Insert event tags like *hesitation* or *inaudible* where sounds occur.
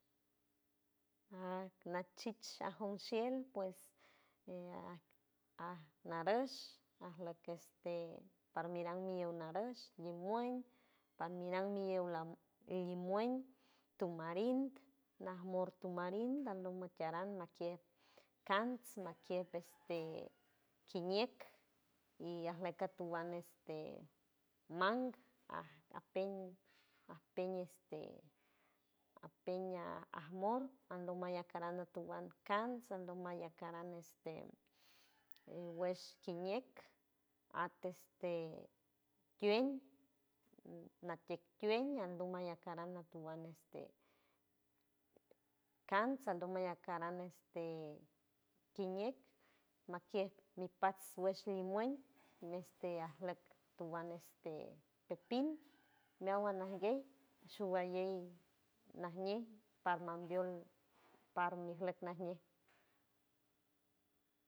Aj nachich ajon shiend pues *hesitation* aj narush ajleck este par miran millon narush limuent par miran mi yow la- limuent tomarin najmor tumarin almor nataran kiej kants makiej este kiñeck y ajleck atatuan este mang ajpen ajpen este ajpen ajmor ando mayac atoran kants ando mayacaran este guesh kiñeck at este tueñ natieck tueñ ando mayacaran atuan este kants ando mayacaran este kiñeck makiej mipats nguesh limuent este ajleck tuan este pepin meawan ajgue showalley najñe parmam biold par mijlock najñe. *noise*